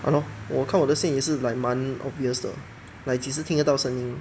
!hannor! 我看我的线也是 like 蛮 obvious 的 like 其实听得到声音